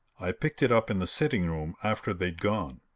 i picked it up in the sitting room after they'd gone.